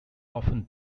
often